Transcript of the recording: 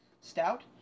stout